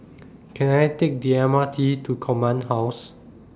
Can I Take The M R T to Command House